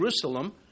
Jerusalem